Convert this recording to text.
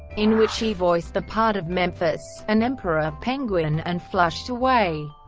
in which he voiced the part of memphis, an emperor penguin and flushed away,